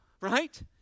Right